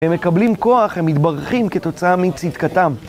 הם מקבלים כוח, הם מתברכים כתוצאה מצדקתם.